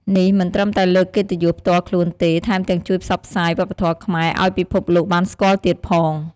នេះមិនត្រឹមតែលើកកិត្តិយសផ្ទាល់ខ្លួនទេ ថែមទាំងជួយផ្សព្វផ្សាយវប្បធម៌ខ្មែរឱ្យពិភពលោកបានស្គាល់ទៀតផង។